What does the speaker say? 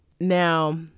Now